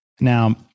Now